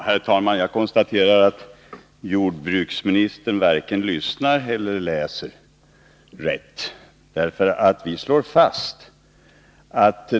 Herr talman! Jag konstaterar att jordbruksministern varken lyssnar eller läser rätt.